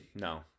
No